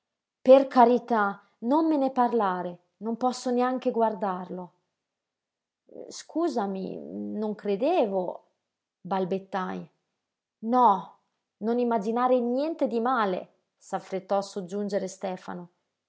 per carità non me ne parlare non posso neanche guardarlo scusami non credevo balbettai no non immaginare niente di male s'affrettò a soggiungere stefano